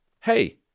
hey